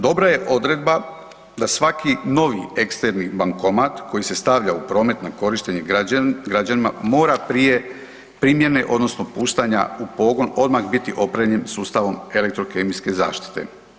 Dobra je odredba da svaki novi eksterni bankomat koji se stavlja u promet na korištenje građanima mora prije primjene, odnosno puštanja u pogon odmah biti opremljen sustavom elektrokemijske zaštite.